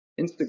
Instagram